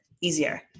easier